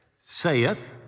saith